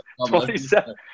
27